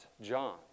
John